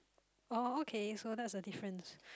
oh okay so that was the difference